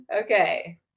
Okay